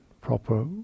proper